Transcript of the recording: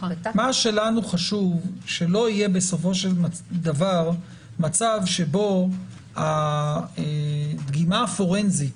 מה שלנו חשוב שלא יהיה בסופו של דבר מצב שבו הדגימה הפורנזית,